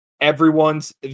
everyone's